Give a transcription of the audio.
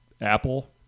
Apple